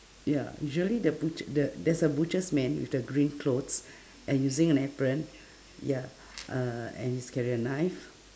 ya usually the butch~ the there's a butchers man with the green clothes and using an apron ya uhh and he's carrying a knife